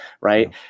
right